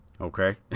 Okay